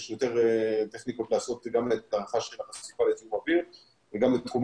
יש יותר טכניקות לעשות גם את ההערכה של החשיפה לזיהום אויר וגם בתחום